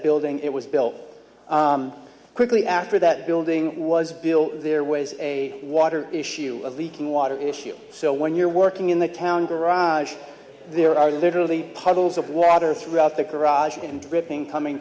building it was built quickly after that building was built there was a water issue leaking water issue so when you're working in the town garage there are literally parcels of water throughout the garage and dripping coming